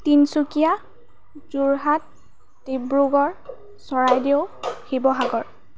Tinsukia Jorhat Dibrugarh Charaideo Sivasagar